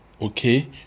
okay